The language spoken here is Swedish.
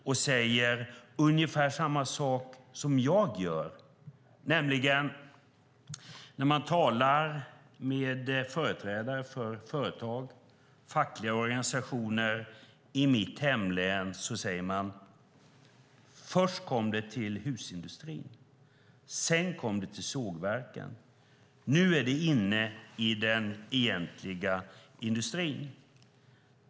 De säger ungefär samma sak som jag gör, nämligen att när man talar med företrädare för företag och fackliga organisationer i mitt hemlän får man höra: Först kom det till husindustrin, sedan kom det till sågverken. Nu är det inne i den egentliga industrin.